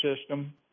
system